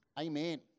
amen